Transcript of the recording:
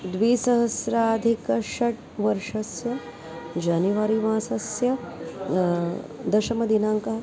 द्विसहस्राधिकषड्वर्षस्य जनवरि मासस्य दशमदिनाङ्कः